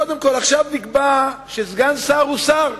קודם כול, עכשיו נקבע שסגן שר הוא שר.